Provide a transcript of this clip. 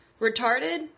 Retarded